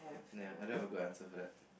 ya I don't have a good answer for that